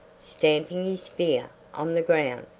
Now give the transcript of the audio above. stamping his spear on the ground.